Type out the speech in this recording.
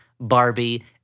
Barbie